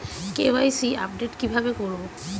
KYC update কি ভাবে করবো?